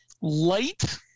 light